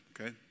okay